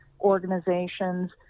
organizations